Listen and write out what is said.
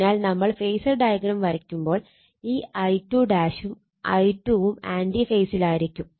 അതിനാൽ നമ്മൾ phasor diagram വരക്കുമ്പോൾ ഈ I2 ഉം I2 ഉം ആൻറി ഫേസിലായിരിക്കും